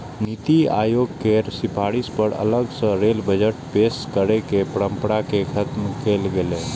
नीति आयोग केर सिफारिश पर अलग सं रेल बजट पेश करै के परंपरा कें खत्म कैल गेलै